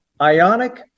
Ionic